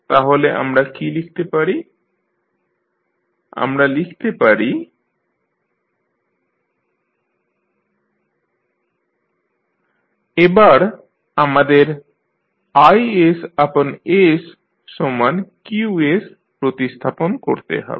তাহলে আমরা কী লিখতে পারি আমরা লিখতে পারি VsL1s2q1R1sq1R2sq1 q2 0L2s2q21Cq2R2sq2 q1 এবার আমাদের IsQ প্রতিস্থাপন করতে হবে